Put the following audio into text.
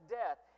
death